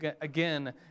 again